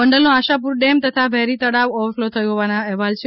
ગોંડલનો Ashapura dam તથા વેરી તળાવ overflow થયું હોવાના અહેવાલ છે